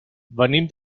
venim